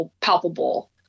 palpable